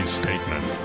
statement